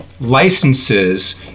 licenses